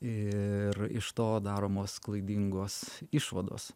ir iš to daromos klaidingos išvados